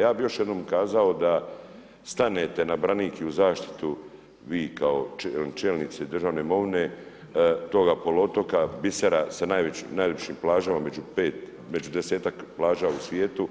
Ja bih još jednom kazao da stanete na branik i u zaštitu vi kao čelnici državne imovine toga poluotoka bisera sa najljepšim plažama, među desetak plaća u svijetu